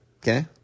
Okay